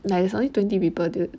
like it's only twenty people dude